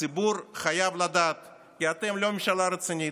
הציבור חייב לדעת כי אתם לא ממשלה רצינית,